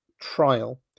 trial